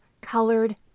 colored